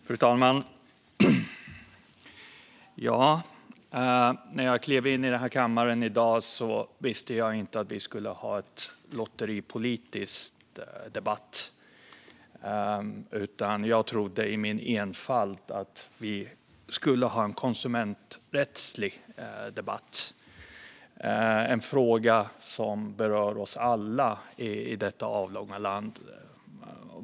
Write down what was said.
Fru talman! När jag gick in i kammaren i dag visste jag inte att vi skulle ha en debatt om politiska lotterier. Jag trodde i min enfald att vi skulle ha en debatt om konsumenträtt, något som berör oss alla i vårt avlånga land.